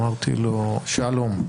אמרתי לו: שלום,